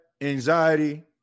anxiety